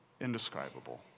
indescribable